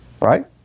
right